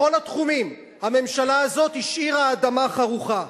בכל התחומים הממשלה הזאת השאירה אדמה חרוכה.